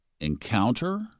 Encounter